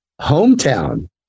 Hometown